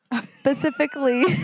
specifically